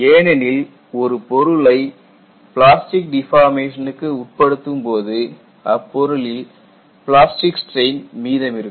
ஏனெனில் ஒரு பொருளை பிளாஸ்டிக் டிஃபார்மேஷனுக்கு உட்படுத்தும்போது அப்பொருளில் பிளாஸ்டிக் ஸ்ட்ரெயின் மீதமிருக்கும்